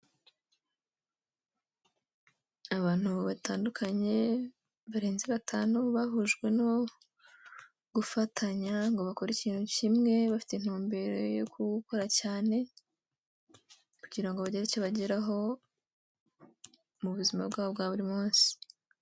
Abantu batandukanye barenze batanu bahujwe no gufatanya ngo bakore ikintu kimwe bafite intumbero yo gukora cyane kugira ngo bagire icyo bageraho mu buzima bwabo bwa buri munsi.